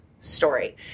story